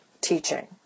teaching